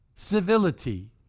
Civility